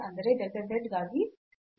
ಅಂದರೆ delta z ಗಾಗಿ z ನಲ್ಲಿನ ಭಿನ್ನತೆ